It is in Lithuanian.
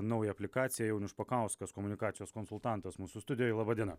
naują aplikaciją jaunius špakauskas komunikacijos konsultantas mūsų studijoj laba diena